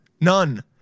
none